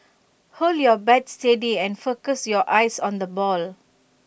hold your bat steady and focus your eyes on the ball